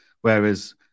Whereas